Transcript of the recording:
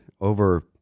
over